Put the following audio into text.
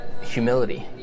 humility